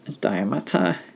diameter